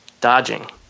dodging